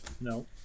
No